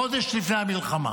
חודש לפני המלחמה.